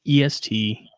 EST